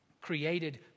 created